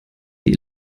die